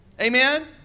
Amen